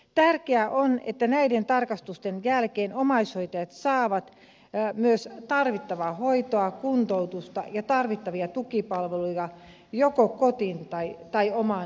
tärkeää on että näiden tarkastusten jälkeen omaishoitajat saavat myös tarvittavaa hoitoa kuntoutusta ja tarvittavia tukipalveluja joko kotiin tai omaan elämäänsä